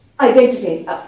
identity